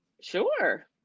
Sure